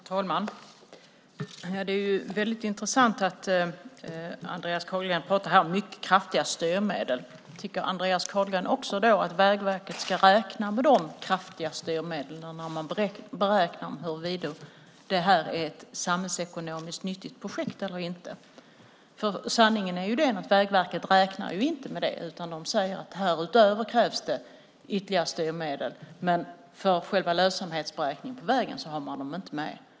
Herr talman! Det är väldigt intressant att Andreas Carlgren pratar om mycket kraftiga styrmedel. Tycker Andreas Carlgren då också att Vägverket ska räkna med de kraftiga styrmedlen när man beräknar huruvida det här är ett samhällsekonomiskt nyttigt projekt eller inte? Sanningen är ju den att Vägverket inte räknar med det. De säger att härutöver krävs det ytterligare styrmedel, men för själva lönsamhetsberäkningen på vägen har man dem inte med.